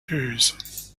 jews